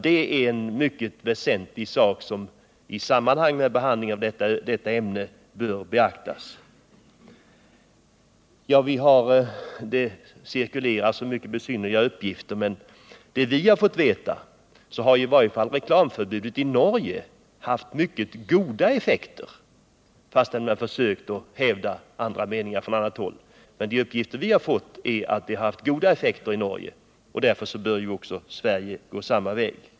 Det är en mycket väsentlig sak som bör beaktas i samband med behandlingen av detta ämne. Vi har fått veta att reklamförbudet i Norge haft mycket goda effekter, trots att man har försökt att hävda andra meningar från annat håll. De uppgifter vi har fått är att reklamförbudet har haft goda effekter i Norge, och därför bör Sverige gå samma väg.